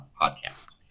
podcast